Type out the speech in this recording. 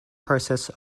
process